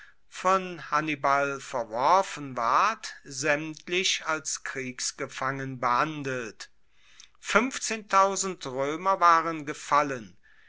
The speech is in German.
von hannibal verworfen ward saemtlich als kriegsgefangen behandelt roemer waren gefallen